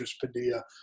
Padilla